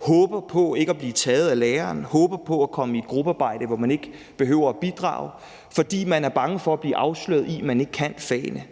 og håber på ikke at blive valgt af læreren og håber på at komme i gruppearbejde, hvor man ikke behøver at bidrage, fordi man er bange for at blive afsløret i, at man ikke kan fagene.